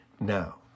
now